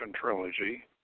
trilogy